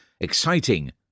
Exciting